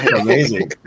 Amazing